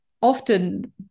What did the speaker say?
often